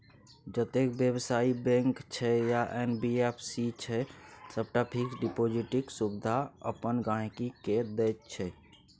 जतेक बेबसायी बैंक छै या एन.बी.एफ.सी छै सबटा फिक्स डिपोजिटक सुविधा अपन गांहिकी केँ दैत छै